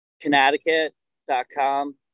Connecticut.com